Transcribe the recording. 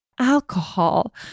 alcohol